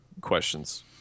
questions